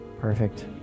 perfect